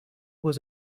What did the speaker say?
was